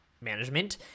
management